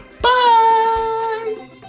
bye